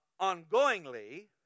ongoingly